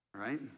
right